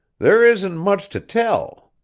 there isn't much to tell.